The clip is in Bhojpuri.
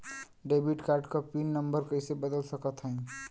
डेबिट कार्ड क पिन नम्बर कइसे बदल सकत हई?